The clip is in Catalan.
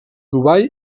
dubai